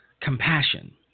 compassion